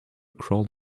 crawled